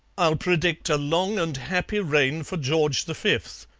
i'll predict a long and happy reign for george the fifth.